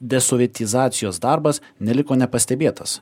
desovietizacijos darbas neliko nepastebėtas